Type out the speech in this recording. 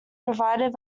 provided